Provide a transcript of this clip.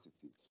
City